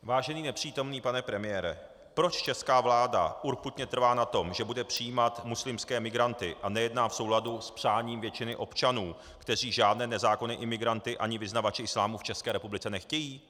Vážený nepřítomný pane premiére, proč česká vláda urputně trvá na tom, že bude přijímat muslimské migranty, a nejedná v souladu s přáním většiny občanů, kteří žádné nezákonné imigranty ani vyznavače islámu v České republice nechtějí?